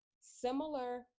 similar